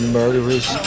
murderers